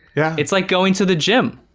yeah. it's like going to the gym.